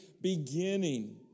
beginning